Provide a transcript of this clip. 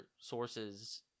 sources